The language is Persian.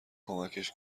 کمکش